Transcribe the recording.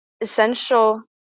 essential